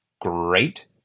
Great